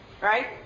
right